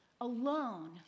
alone